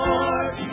Lord